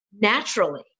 naturally